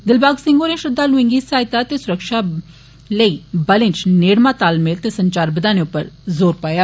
दिलबाग सिंह होरें श्रद्वालुएं दी सहायता ते सुरक्षा लेई बलें इच नेडमा तालमेल ते संचार बदाने उप्पर जोर पाया